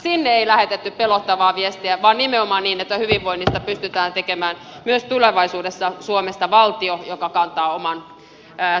sinne ei lähetetty pelottavaa viestiä vaan nimenomaan niin että pystytään tekemään myös tulevaisuudessa suomesta valtio joka kantaa omasta hyvinvoinnistaan huolen